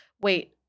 wait